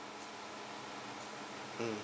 mm